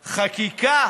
חקיקה,